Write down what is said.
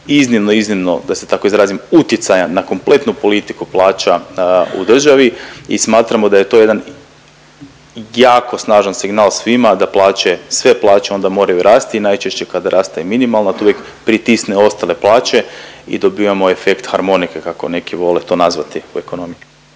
iznimno, iznimno, da se tako izrazim utjecajan na kompletnu politiku plaća u državi. I smatramo da je to jedan jako snažan signal svima da plaće sve plaće onda moraju rasti i najčešće kad raste i minimalne tu uvijek pritisne ostale plaće i dobivamo efekt harmonike kako neki to vole nazvati u ekonomiji.